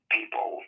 people